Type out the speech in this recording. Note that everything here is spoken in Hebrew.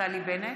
נפתלי בנט,